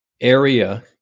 area